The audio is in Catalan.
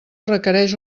requereix